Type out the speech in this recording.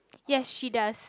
yes she does